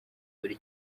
buri